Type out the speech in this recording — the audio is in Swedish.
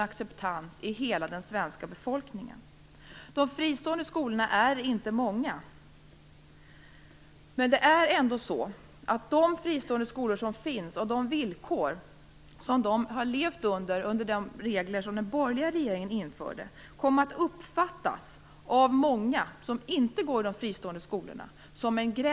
De fristående skolorna är inte många. Men det är ändå så att de fristående skolor som finns och de villkor och regler som gällde för dem under den borgerliga regeringen kom att uppfattas som en gräddfil av många som inte går i fristående skolor.